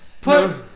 Put